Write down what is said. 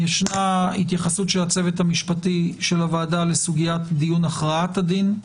יש התייחסות הצוות המשפטי של הוועדה לסוגית דיון הכרעת הדין.